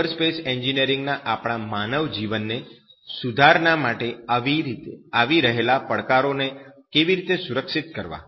cyber space એન્જિનિયરિંગના આપણા માનવ જીવનની સુધારણા માટે આવી રહેલા પડકારો ને કેવી રીતે સુરક્ષિત કરવા